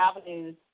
avenues